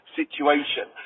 situation